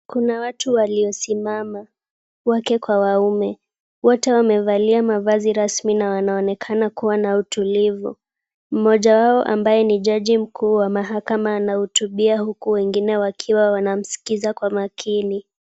Kuna watu waliosimama, wake kwa waume, wote wamevalia mavazi rasmi na wanaonekana kuwa na utulivu. Mmoja wao ambaye ni jaji mkuu wa mahakama anautubia huku wengine wakiwa wanamsikiza kwa makini.